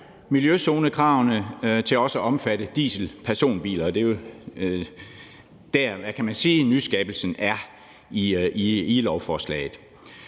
miljøzonekravene til også at omfatte dieselpersonbiler. Det er jo der, nyskabelsen er i lovforslaget.